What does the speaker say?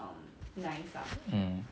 mm